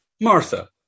Martha